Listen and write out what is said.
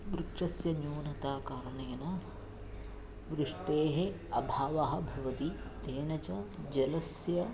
वृक्षस्य न्यूनतायाः कारणेन वृष्टेः अभावः भवति तेन च जलस्य